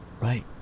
Right